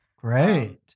Great